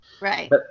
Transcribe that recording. right